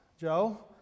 Joe